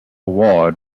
ward